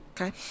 Okay